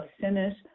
sinners